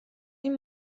این